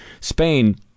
Spain